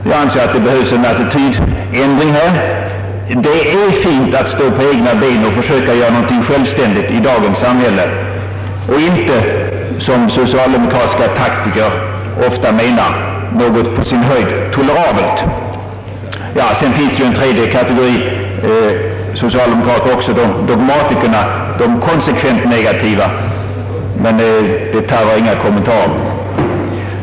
Jag anser att här behövs en attitydförändring — det är fint att stå på egna ben och försöka göra någonting självständigt i dagens samhälle; inte — som socialdemokratiska taktiker ofta menar — något på sin höjd tolerabelt. Ja, sedan finns också en tredje kategori socialdemokrater, dogmatikerna, de konsekvent negativa; men den gruppen tarvar inga kommentarer.